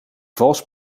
vals